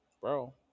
bro